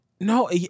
no